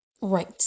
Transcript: right